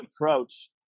approach